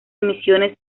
emisiones